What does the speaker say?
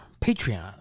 Patreon